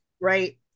right